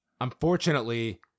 Unfortunately